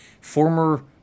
former